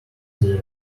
their